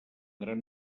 gran